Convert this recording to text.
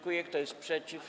Kto jest przeciw?